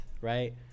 right